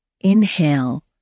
Inhale